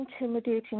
intimidating